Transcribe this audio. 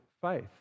faith